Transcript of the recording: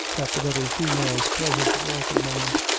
that the very females present were, for the moment,